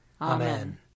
Amen